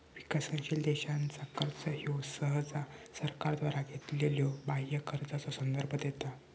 विकसनशील देशांचा कर्जा ह्यो सहसा सरकारद्वारा घेतलेल्यो बाह्य कर्जाचो संदर्भ देता